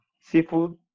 seafood